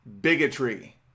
bigotry